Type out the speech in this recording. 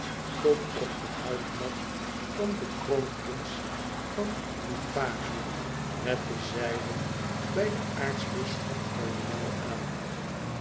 tot op den huid nat kwam de kroonprins van liparië met de zijnen bij den aartsbisschop kardinaal aan